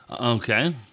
Okay